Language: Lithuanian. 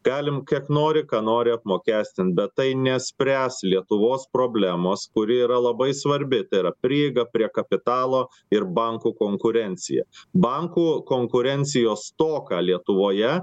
galim kiek nori ką nori apmokestint bet tai nespręs lietuvos problemos kuri yra labai svarbi tai yra prieiga prie kapitalo ir bankų konkurencija bankų konkurencijos stoką lietuvoje